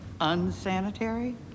unsanitary